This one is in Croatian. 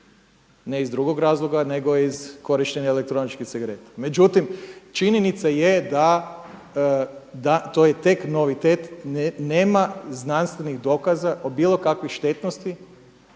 Ne iz drugog razloga nego iz korištenja elektroničkih cigareta. Međutim, činjenica je da, da to je tek novitet nema znanstvenih dokaza o bilo kakvoj štetnosti